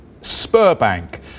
Spurbank